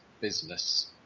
business